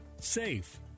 safe